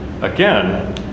Again